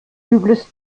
übles